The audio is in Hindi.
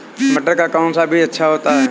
मटर का कौन सा बीज अच्छा होता हैं?